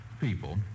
people